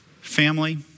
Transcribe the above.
family